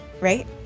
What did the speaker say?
right